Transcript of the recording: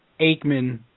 Aikman